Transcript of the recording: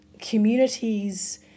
communities